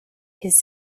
his